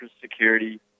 security